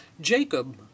Jacob